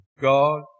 God